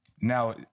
now